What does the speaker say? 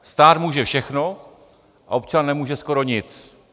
Stát může všechno a občan nemůže skoro nic.